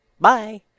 BYE